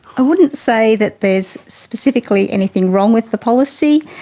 i wouldn't say that there's specifically anything wrong with the policy,